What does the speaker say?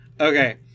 Okay